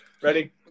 Ready